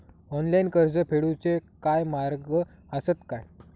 Online कर्ज फेडूचे काय मार्ग आसत काय?